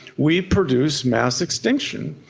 we produce mass extinction.